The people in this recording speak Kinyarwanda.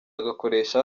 agakoresha